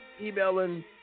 emailing